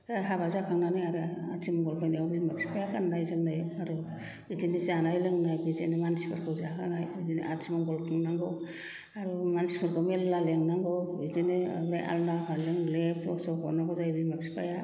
जा हाबा जाखांनानै आरो आथिमंगल फैनायावबो बिमा बिफाया गान्नाय जोमनाय होनांगौ बिदिनो जानाय लोंनाय बिदिनो मानसिफोरखौ जाहोनाय आथिमंगल खुंनांगौ आरो मानसिफोरखौ मेरला लेंनांगौ बिदिनो आलना फालें लेब थसब हरनांगौ जायो बिमा बिफाया